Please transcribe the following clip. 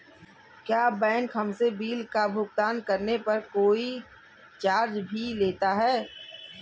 क्या बैंक हमसे बिल का भुगतान करने पर कोई चार्ज भी लेता है?